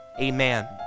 Amen